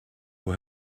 who